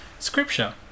Scripture